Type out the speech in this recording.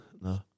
No